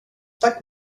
tack